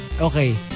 Okay